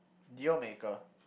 deal maker